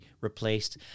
replaced